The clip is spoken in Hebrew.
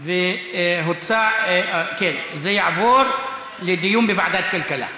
זה יעבור לדיון בוועדת הכלכלה.